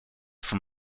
from